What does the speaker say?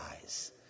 eyes